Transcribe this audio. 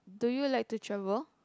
do you like to travel